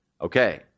okay